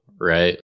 right